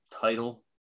title